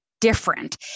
different